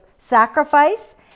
sacrifice